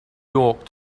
york